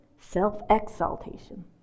self-exaltation